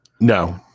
No